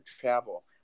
travel